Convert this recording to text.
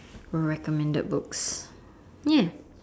recommended books ya